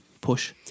Push